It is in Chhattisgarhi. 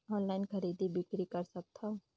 ऑनलाइन खरीदी बिक्री कर सकथव?